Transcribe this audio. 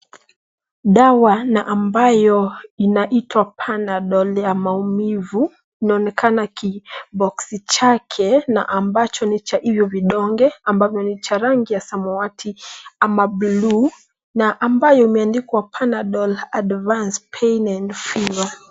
Dawa na ambayo inaitwa Panadol ya maumivu, inaonekana kiboxi chake na ambacho ni cha hivyo vidonge ambavyo ni cha rangi ya samawati ama buluu na ambayo imeandikwa Panadol Advance Pain and Fever .